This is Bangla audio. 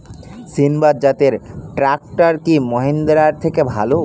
সিণবাদ জাতের ট্রাকটার কি মহিন্দ্রার থেকে ভালো?